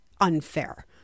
unfair